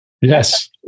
yes